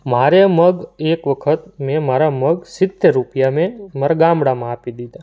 મારે મગ એક વખત મેં મારા મગ સિત્તેર રૂપિયા મેં મારા ગામડામાં આપી દીધા